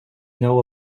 know